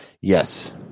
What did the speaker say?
Yes